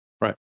right